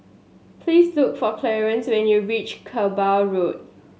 please look for Clarance when you reach Kerbau Road